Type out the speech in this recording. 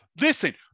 Listen